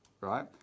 right